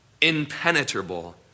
impenetrable